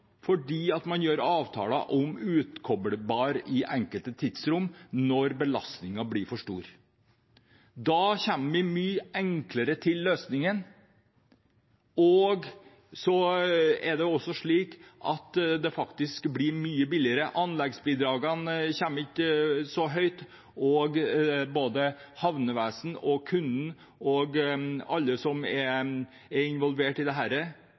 fordi man gjør avtaler om utkoblbar tariff i enkelte tidsrom, når belastningen blir for stor. Da kommer vi mye enklere til løsningen. Det er også slik at det faktisk blir mye billigere. Anleggsbidragene blir ikke så høye, og både havnevesenet, kundene og alle som er involvert i dette, kommer hurtigere til målet. Jeg synes det